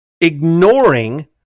ignoring